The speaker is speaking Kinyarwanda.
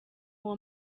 uwo